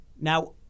Now